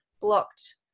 blocked